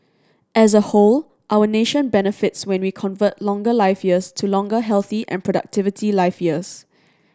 as a whole our nation benefits when we convert longer life years to longer healthy and productivity life years